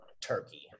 turkey